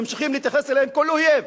ממשיכים להתייחס אליהם כאל אויב,